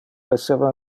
esseva